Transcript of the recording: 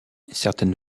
certaines